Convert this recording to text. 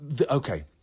okay